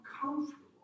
comfortable